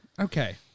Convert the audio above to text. Okay